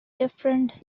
different